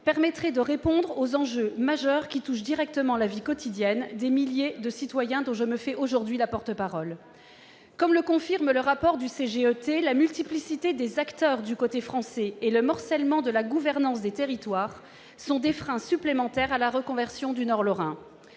permettrait de répondre aux enjeux majeurs qui touchent directement la vie quotidienne des milliers de citoyens dont je me fais aujourd'hui la porte-parole. Comme le confirme le rapport du CGET, le Commissariat général à l'égalité des territoires, la multiplicité des acteurs du côté français et le morcellement de la gouvernance des territoires sont des freins supplémentaires à la reconversion du Nord lorrain.